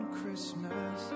Christmas